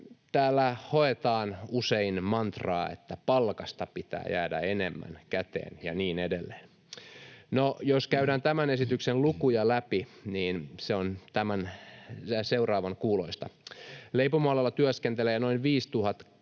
Täällä hoetaan usein mantraa, että palkasta pitää jäädä enemmän käteen ja niin edelleen. No, jos käydään tämän esityksen lukuja läpi, niin se on seuraavan kuuloista: Leipomoalalla työskentelee noin 5 200 ihmistä,